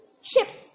ships